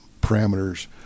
parameters